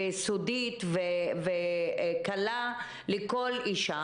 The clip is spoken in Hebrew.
סודית וקלה לכל אישה.